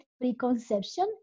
preconception